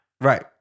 Right